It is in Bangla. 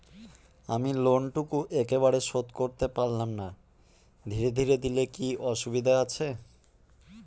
আমি লোনটুকু একবারে শোধ করতে পেলাম না ধীরে ধীরে দিলে কি অসুবিধে আছে?